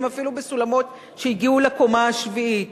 אפילו בסולמות שמגיעים לקומה השביעית,